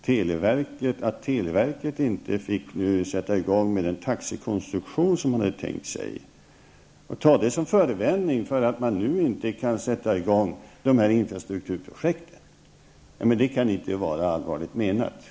televerket genom att säga att televerket inte fick införa sin planerade taxekonstruktion. Kommunikationsministern tog det som förevändning för att man nu inte kan sätta i gång dessa infrastrukturprojekt. Det kan inte vara allvarligt menat.